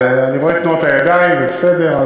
אני רואה את תנועות הידיים, זה בסדר.